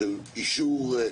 של אישור?